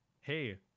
hey